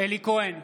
אלי כהן,